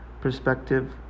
perspective